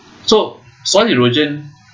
so soil erosion